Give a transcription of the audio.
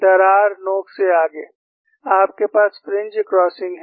दरार नोक से आगे आपके पास फ्रिंज क्रॉसिंग हैं